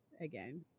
again